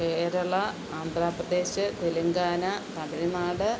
Kerala Andhra Pradesh Telangana Tamil Nadu